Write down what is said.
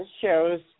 shows